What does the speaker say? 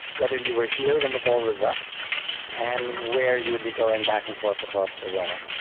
whether you were here when the wall was up and where you would be going back and forth across the wall.